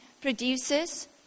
produces